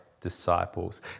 disciples